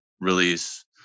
release